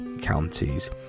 counties